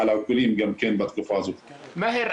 מאהר,